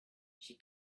she